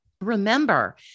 remember